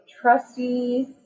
trusty